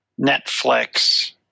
Netflix